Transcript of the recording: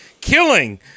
killing